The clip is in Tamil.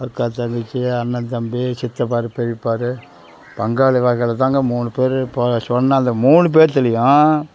அக்கா தங்கச்சி அண்ணன் தம்பி சித்தப்பா பெரியப்பா பங்காளி வகையில் தாங்க மூணு பேர் இப்போது சொன்ன அந்த மூணு பேர்த்துலேயும்